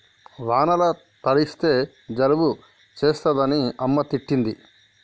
వానల తడిస్తే జలుబు చేస్తదని అమ్మ తిట్టింది